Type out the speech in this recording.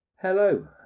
Hello